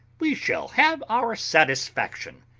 we shall have our satisfaction.